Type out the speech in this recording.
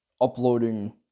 uploading